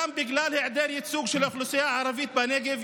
גם בגלל היעדר ייצוג של האוכלוסייה הערבית בנגב,